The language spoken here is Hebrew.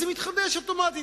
אז זה מתחדש אוטומטית,